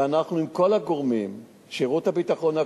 ואנחנו עם כל הגורמים: שירות הביטחון הכללי,